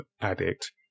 addict